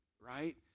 right